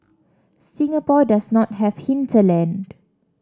Singapore does not have hinterland